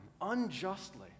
unjustly